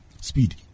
Speed